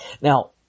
Now